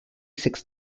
six